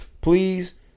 Please